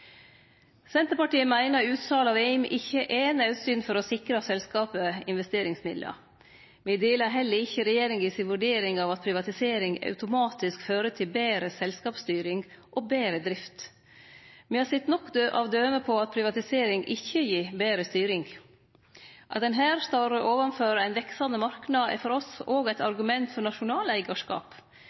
Senterpartiet meiner utsal av AIM ikkje er naudsynt for å sikre selskapet investeringsmidlar. Me deler heller ikkje regjeringa si vurdering av at privatisering automatisk fører til betre selskapsstyring og betre drift. Me har sett nok av døme på at privatisering ikkje gir betre styring. At ein her står overfor ein veksande marknad, er for oss òg eit argument for